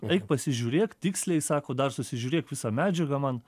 eik pasižiūrėk tiksliai sako dar susižiūrėk visą medžiagą man